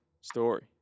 story